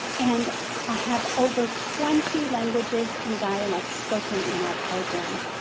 and i have over twenty languages and dialects spoken in our program.